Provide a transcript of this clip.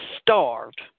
starved